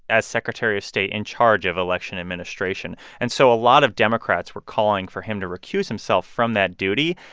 as secretary of state, in charge of election administration. and so a lot of democrats were calling for him to recuse himself from that duty.